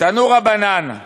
תנו רבנן: